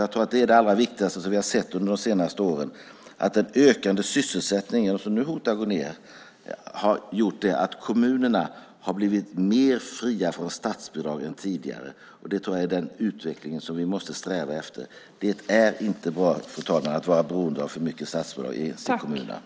Jag tror att det allra viktigaste som vi har sett under de senaste åren är att den ökande sysselsättningen - det finns hot om att den är på väg ned nu - har gjort att kommunerna har blivit mer fria från statsbidrag än tidigare. Det är den utvecklingen som jag tror att vi måste sträva efter. Det är inte bra för kommunerna att vara beroende av för mycket statsbidrag.